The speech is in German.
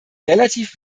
relativ